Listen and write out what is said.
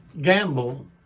gamble